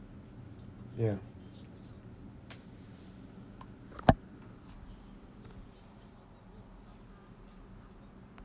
ya